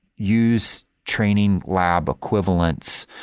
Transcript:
use training lab equivalents,